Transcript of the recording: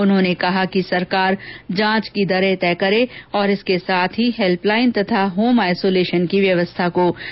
उन्होंने कहा कि सरकार जांच की दरे तय करे और इसके साथ ही हैल्पलाइन तथा होम आइसोलेशन की व्यवस्था को सुदृढ़ करे